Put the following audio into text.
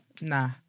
Nah